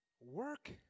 Work